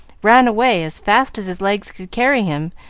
ran away, as fast as his legs could carry him,